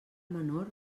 menor